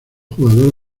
jugador